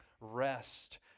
rest